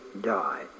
die